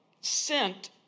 sent